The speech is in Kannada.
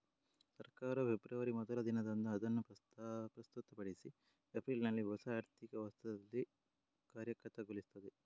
ಸರ್ಕಾರವು ಫೆಬ್ರವರಿ ಮೊದಲ ದಿನದಂದು ಅದನ್ನು ಪ್ರಸ್ತುತಪಡಿಸಿ ಏಪ್ರಿಲಿನಲ್ಲಿ ಹೊಸ ಆರ್ಥಿಕ ವರ್ಷದಲ್ಲಿ ಕಾರ್ಯಗತಗೊಳಿಸ್ತದೆ